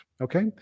Okay